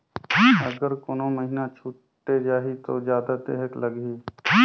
अगर कोनो महीना छुटे जाही तो जादा देहेक लगही?